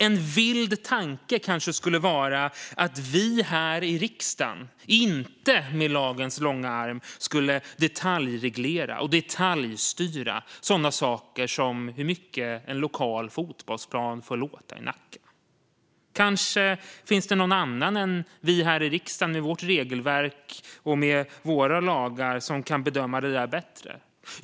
En vild tanke kanske är att vi här i riksdagen inte med lagens långa arm ska detaljreglera och detaljstyra sådana saker som hur mycket en lokal fotbollsplan får låta i Nacka. Kanske finns det någon annan än vi här i riksdagen, med vårt regelverk och våra lagar, som kan bedöma det där bättre.